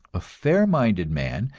a fair-minded man,